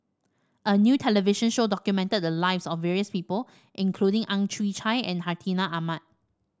a new television show documented the lives of various people including Ang Chwee Chai and Hartinah Ahmad